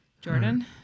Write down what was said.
Jordan